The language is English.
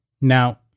now